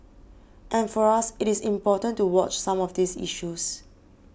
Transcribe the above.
and for us it is important to watch some of these issues